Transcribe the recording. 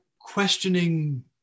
questioning